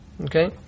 Okay